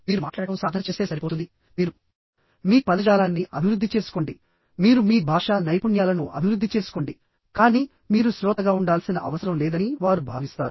కాబట్టిమీరు మాట్లాడటం సాధన చేస్తే సరిపోతుంది మీరు మీ పదజాలాన్ని అభివృద్ధి చేసుకోండి మీరు మీ భాషా నైపుణ్యాలను అభివృద్ధి చేసుకోండి కానీ మీరు శ్రోతగా ఉండాల్సిన అవసరం లేదని వారు భావిస్తారు